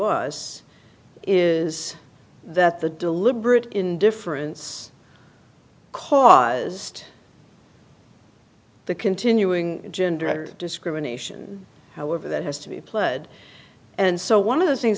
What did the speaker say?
us is that the deliberate indifference caused the continuing gender discrimination however that has to be pled and so one of the things